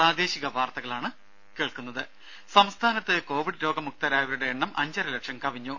ദേദ സംസ്ഥാനത്ത് കോവിഡ് രോഗമുക്തരായവരുടെ എണ്ണം അഞ്ചരലക്ഷം കവിഞ്ഞു